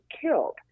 killed